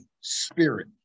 spirit